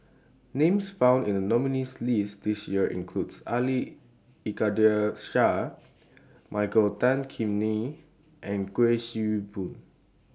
Names found in The nominees' list This Year include Ali Iskandar Shah Michael Tan Kim Nei and Kuik Swee Boon